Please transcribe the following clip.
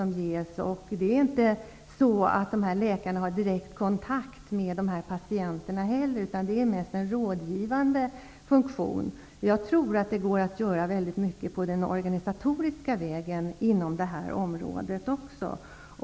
Det är inte heller så att de här läkarna har direkt kontakt med patienterna. De har mest en rådgivande funktion. Jag tror att det går att göra väldigt mycket på den organisatoriska vägen inom det här området också.